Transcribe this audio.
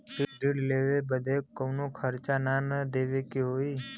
ऋण लेवे बदे कउनो खर्चा ना न देवे के होई?